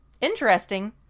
Interesting